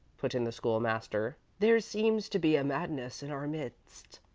put in the school-master there seems to be madness in our midst.